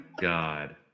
God